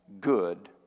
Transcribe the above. good